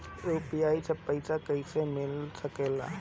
UPI से पइसा कईसे मिल सके ला?